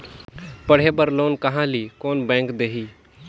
पढ़े बर लोन कहा ली? कोन बैंक देही?